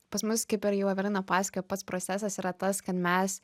pas mus kaip ir jau evelina pasakojo pats procesas yra tas kad mes